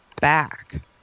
back